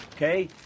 Okay